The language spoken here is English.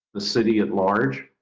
the city at large.